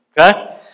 Okay